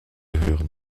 hören